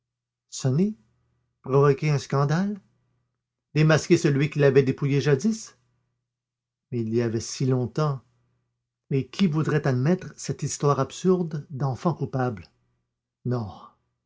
provoquer un scandale démasquer celui qui l'avait dépouillé jadis mais il y avait si longtemps et qui voudrait admettre cette histoire absurde d'enfant coupable non